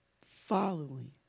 following